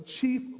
chief